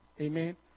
Amen